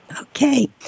Okay